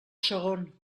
segon